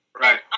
Right